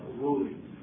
ruling